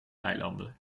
eilanden